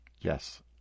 Yes